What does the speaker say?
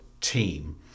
team